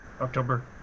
October